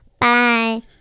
Bye